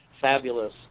fabulous